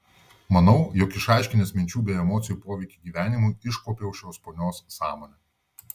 manau jog išaiškinęs minčių bei emocijų poveikį gyvenimui iškuopiau šios ponios sąmonę